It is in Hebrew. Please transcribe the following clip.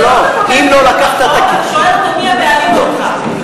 זה לא שאתה פוגש כלב ברחוב ואתה שואל אותו: מי הבעלים שלך?